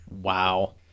wow